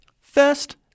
First